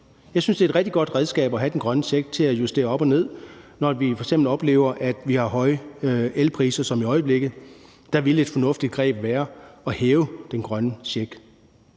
Jeg synes, at det er et rigtig godt redskab at have den grønne check til at justere op og ned, når vi f.eks. oplever, at vi har høje elpriser som i øjeblikket. Der ville et fornuftigt greb være at forhøje den grønne check,